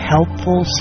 helpful